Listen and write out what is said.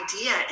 idea